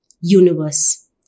universe